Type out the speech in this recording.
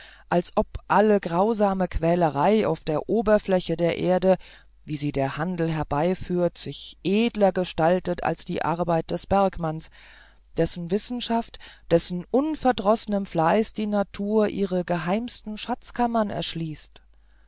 als ob alle grausame quälerei auf der oberfläche der erde wie sie der handel herbeiführt sich edler gestalte als die arbeit des bergmanns dessen wissenschaft dessen unverdrossenem fleiß die natur ihre geheimsten schatzkammern erschließt